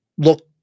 Look